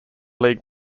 league